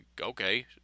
okay